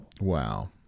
Wow